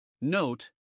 NOTE